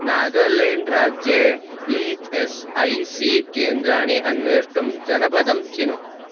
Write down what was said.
नागालेण्डराज्ये E S I C केन्द्राणि अन्वेष्टुं जनपदं चिनु